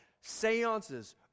Seances